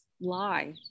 lie